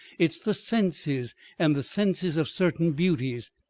it's the senses and the senses of certain beauties.